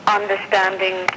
understanding